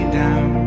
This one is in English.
down